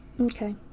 Okay